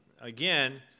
again